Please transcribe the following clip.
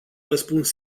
răspuns